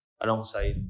alongside